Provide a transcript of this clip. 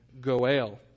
goel